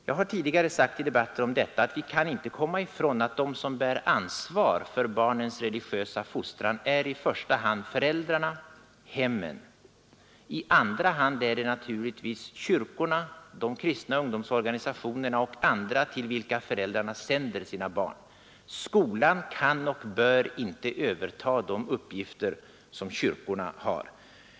Jag har tidigare sagt i debatter om denna fråga att vi inte kan komma ifrån att de som bär ansvar för barnens religiösa fostran i första hand är föräldrarna — hemmet. I andra hand är det naturligtvis kyrkorna, de kristna ungdomsorganisationerna och andra till vilka föräldrarna sänder sina barn. Skolan kan och bör inte överta de uppgifter som kyrkorna har.